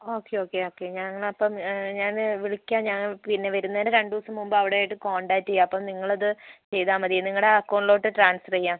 okay okay okay ഞങ്ങളപ്പം ഞാൻ വിളിക്കാം ഞാൻ പിന്നെ വരുന്നതിൻ്റെ രണ്ടുദിവസം മുൻപ് അവിടെയായിട്ട് കോൺടാക്ട് ചെയ്യാം അപ്പോൾ നിങ്ങളത് ചെയ്താൽമതി നിങ്ങളുടെ അക്കൗണ്ടിലോട്ട് ട്രാൻസ്ഫർ ചെയ്യാം